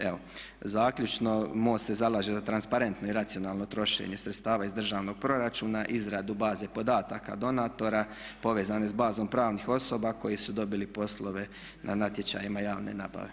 Evo, zaključno MOST se zalaže za transparentno i racionalno trošenje sredstava iz državnog proračuna, izradu baze podataka donatora povezane s bazom pravnih osoba koji su dobili poslove na natječajima javne nabave.